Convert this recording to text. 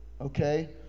okay